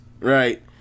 right